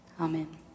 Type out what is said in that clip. Amen